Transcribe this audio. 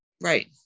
Right